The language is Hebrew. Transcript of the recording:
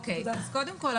אז קודם כל,